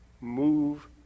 move